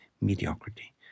mediocrity